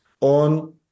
on